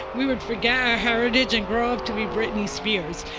we would forget our heritage and grow up to be britney spears.